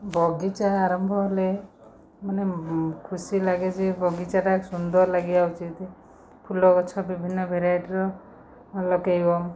ବଗିଚା ଆରମ୍ଭ ହେଲେ ମାନେ ଖୁସି ଲାଗେ ଯେ ବଗିଚାଟା ସୁନ୍ଦର ଲାଗିବା ଉଚିତ୍ ଫୁଲଗଛ ବିଭିନ୍ନ ଭେରାଇଟ୍ର ଲଗେଇବ